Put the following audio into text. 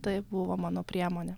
tai buvo mano priemonė